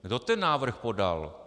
Kdo ten návrh podal?